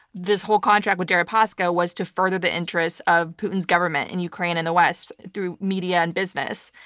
this whole contract with deripaska was to further the interests of putin's government in ukraine and the west through media and business.